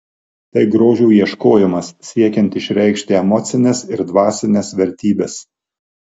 tai grožio ieškojimas siekiant išreikšti emocines ir dvasines vertybes